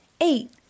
eight